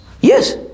Yes